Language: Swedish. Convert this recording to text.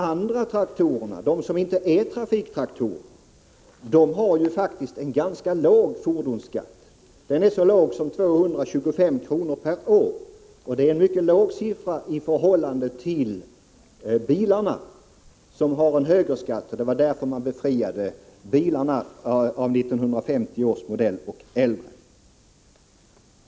Andra traktorer, de som inte är trafiktraktorer, har faktiskt så låg fordonsskatt som 225 kr. per år. Det är en mycket låg siffra i förhållande till bilarna, som har en högre skatt. Det var därför man befriade just bilar av 1950 års modell och äldre från skatt.